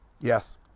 Yes